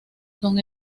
son